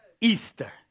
Easter